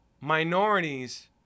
minorities